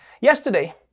Yesterday